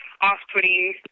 off-putting